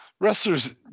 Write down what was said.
wrestlers